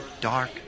dark